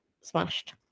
smashed